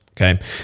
okay